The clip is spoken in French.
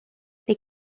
les